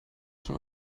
schon